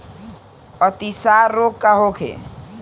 अतिसार रोग का होखे?